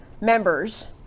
members